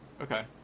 Okay